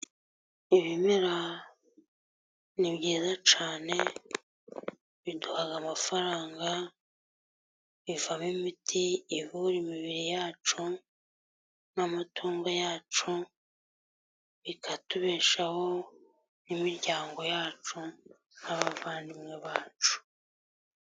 Ibimera ni byiza cyane, biduha amafaranga bivamo imiti, ivura imibiri yacu n'amatungo yacu, bikatubeshaho n'imiryango yacu n'abavandimwe bacu.